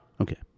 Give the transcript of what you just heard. okay